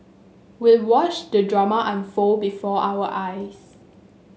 we watched the drama unfold before our eyes